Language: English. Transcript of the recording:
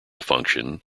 function